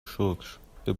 شکر، به